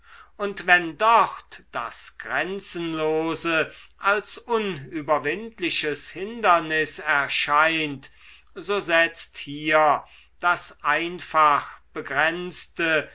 und wenn dort das grenzenlose als unüberwindliches hindernis erscheint so setzt hier das einfach begrenzte